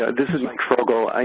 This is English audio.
this is mike frogel. and